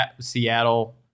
Seattle